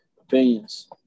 opinions